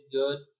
good